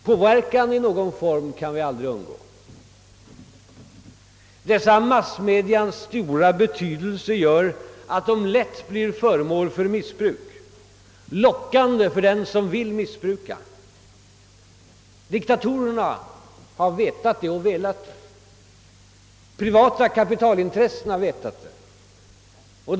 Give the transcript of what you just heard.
Påverkan i någon form kan vi aldrig undgå. Massmediernas stora betydelse gör att de lätt blir föremål för missbruk. De är lockande för den som vill missbruka. Diktatorerna har velat det. Privata kapitalintressen har velat det.